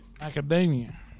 Academia